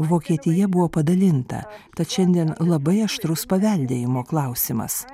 vokietija buvo padalinta tad šiandien labai aštrus paveldėjimo klausimas